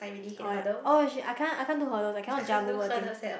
oh y~ oh she I can't I can't do hurdles I cannot jump over the thing